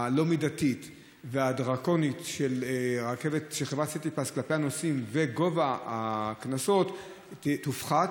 הלא-מידתית והדרקונית של חברת סיטיפס כלפי הנוסעים וגובה הקנסות יופחתו,